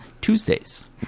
tuesdays